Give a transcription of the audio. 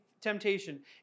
temptation